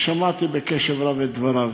ושמעתי בקשב רב את דבריו,